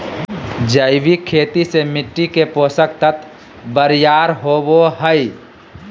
जैविक खेती से मिट्टी के पोषक तत्व बरियार होवो हय